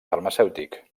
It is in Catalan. farmacèutic